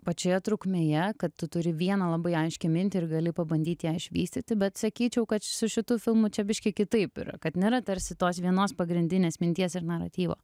pačioje trukmėje kad tu turi vieną labai aiškią mintį ir gali pabandyt ją išvystyti bet sakyčiau kad su šitu filmu čia biškį kitaip yra kad nėra tarsi tos vienos pagrindinės minties ir naratyvo